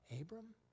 Abram